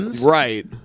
Right